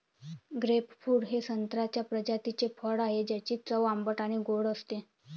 grapefruit हे संत्र्याच्या प्रजातीचे फळ आहे, ज्याची चव आंबट आणि गोड असते